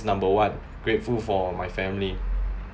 number one grateful for my family